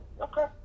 Okay